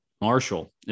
Marshall